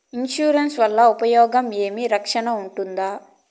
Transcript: Insurance వల్ల ఉపయోగం ఏమి? రక్షణ ఉంటుందా?